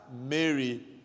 Mary